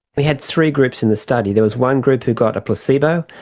we had three groups in the study. there was one group who got a placebo,